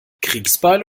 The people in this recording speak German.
kriegsbeil